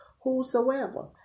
Whosoever